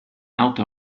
outer